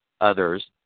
others